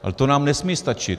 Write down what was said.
Ale to nám nesmí stačit.